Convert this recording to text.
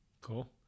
Cool